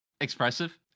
expressive